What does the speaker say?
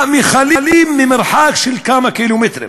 במכלים, מרחק של כמה קילומטרים,